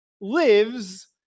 lives